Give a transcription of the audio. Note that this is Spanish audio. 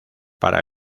para